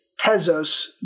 Tezos